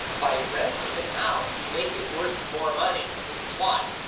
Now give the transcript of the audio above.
by renting it out, you make it worth more money and this is why.